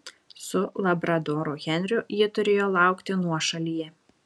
su labradoru henriu ji turėjo laukti nuošalyje